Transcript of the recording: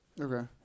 Okay